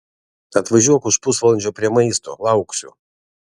atvažiuok už pusvalandžio prie maisto lauksiu